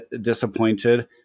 disappointed